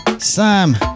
sam